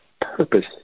purpose